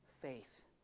faith